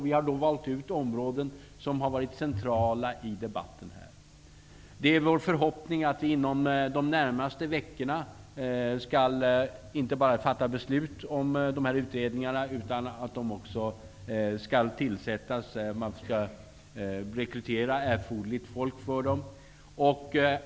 Vi har då valt ut områden som har varit centrala i debatten. Det är vår förhoppning att vi inom de närmaste veckorna skall inte bara fatta beslut om utredningarna, utan också tillsätta dem och rekrytera erforderligt folk till dem.